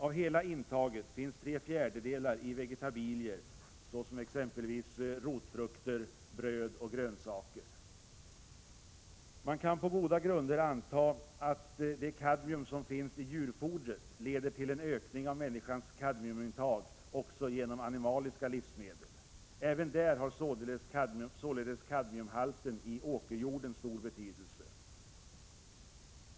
Av hela intaget finns tre fjärdedelar i vegetabilier — exempelvis bröd, rotfrukter och grönsaker. Man kan på goda grunder antaga att det kadmium som finns i djurfoder leder till en ökning av människans kadmiumintag också genom animaliska livsmedel. Även där har således kadmiumhalten i åkerjorden stor betydelse.